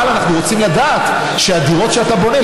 אבל אנחנו רוצים לדעת שהדירות שאתה בונה,